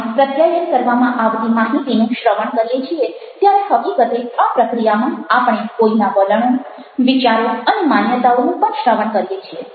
આપણે પ્રત્યાયન કરવામાં આવતી માહિતીનું શ્રવણ કરીએ છીએ ત્યારે હકીકતે આ પ્રક્રિયામાં આપણે કોઈના વલણો વિચારો અને માન્યતાઓનું પણ શ્રવણ કરીએ છીએ